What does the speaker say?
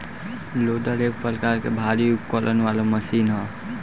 loader एक प्रकार के भारी उपकरण वाला मशीन ह